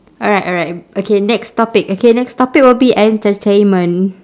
alright alright okay next topic okay next topic will be entertainment